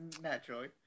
Naturally